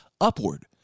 upward